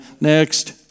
next